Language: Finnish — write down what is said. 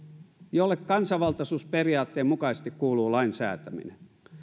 jolle kansanvaltaisuusperiaatteen mukaisesti kuuluu lainsäätäminen